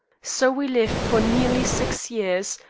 so we lived for nearly six years,